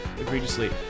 egregiously